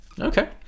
Okay